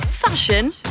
fashion